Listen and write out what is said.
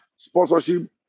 sponsorship